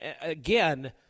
again